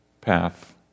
path